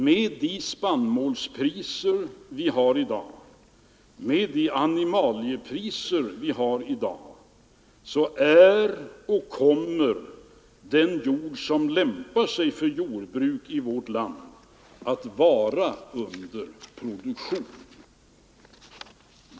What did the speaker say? Med de spannmålsoch animaliepriser vi har i dag är den jord som lämpar sig för jordbruk i vårt land under produktion och kommer att vara det.